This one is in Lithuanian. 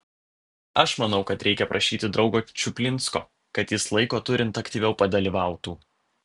aš manau kad reikia prašyti draugo čuplinsko kad jis laiko turint aktyviau padalyvautų